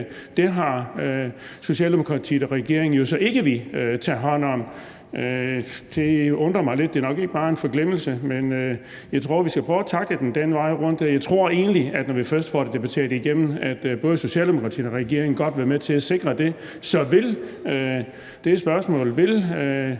det har Socialdemokratiet og regeringen så ikke villet tage hånd om. Det undrer mig lidt, for det er jo nok ikke bare en forglemmelse. Men jeg tror, vi skal prøve at tackle den den vej rundt. Jeg tror egentlig, at både Socialdemokratiet og regeringen, når først vi får det debatteret igennem, godt vil være med til at sikre det. Så spørgsmålet